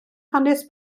hanes